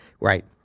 Right